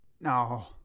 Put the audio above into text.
No